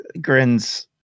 grins